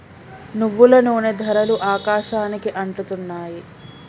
నువ్వుల నూనె ధరలు ఆకాశానికి అంటుతున్నాయి